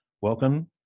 Welcome